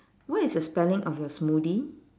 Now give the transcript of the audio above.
what is the spelling of your smoothie